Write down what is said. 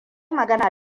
magana